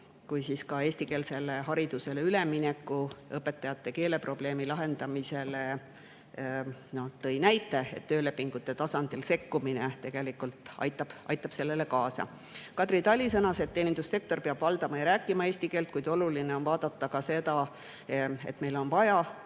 kui ka eestikeelsele haridusele ülemineku [olukorras] õpetajate keeleprobleemile. Ta tõi näite, et töölepingute tasandil sekkumine tegelikult aitab sellele kaasa. Kadri Tali sõnas, et teenindussektor peab valdama ja rääkima eesti keelt, kuid oluline on vaadata ka seda, et meil on vaja